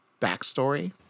backstory